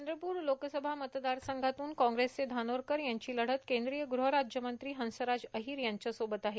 चंद्रपूर लोकसभा मतदारसंघातून कांग्रेसचे धानोरकर यांची लढत केंद्रीय गृहराज्यमंत्री हंसराज अहिर यांच्यासोबत आहे